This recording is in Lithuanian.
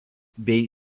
bei